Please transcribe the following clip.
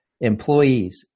employees